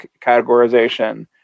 categorization